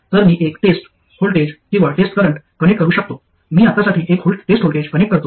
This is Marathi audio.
तर मी एक टेस्ट व्होल्टेज किंवा टेस्ट करंट कनेक्ट करू शकतो मी आत्तासाठी एक टेस्ट व्होल्टेज कनेक्ट करतो